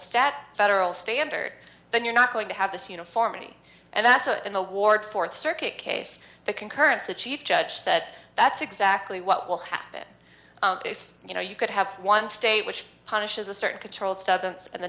stat federal standard then you're not going to have this uniformity and that's why in the ward th circuit case the concurrence the chief judge said that's exactly what will happen you know you could have one state which punishes a certain controlled substance and the